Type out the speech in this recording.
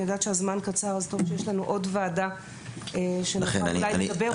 אני יודעת שהזמן קצר וטוב שיש לנו עוד ועדה שבה אולי נוכל לדבר.